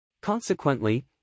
Consequently